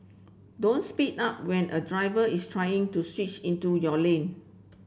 don't speed up when a driver is trying to switch into your lane